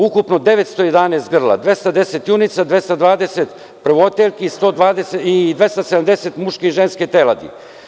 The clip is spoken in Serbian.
Ukupno 911 grla, 210 junica, 220 prvotelki i 270 muških i ženskih teladi.